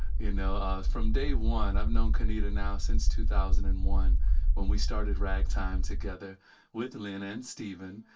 you know from day one i've known kenita now since two thousand and one when we started ragtime together with lynn and stephen.